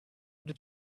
did